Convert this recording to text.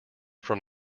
from